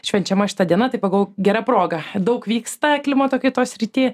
švenčiama šita diena taip pagalvojau gera proga daug vyksta klimato kaitos srity